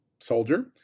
soldier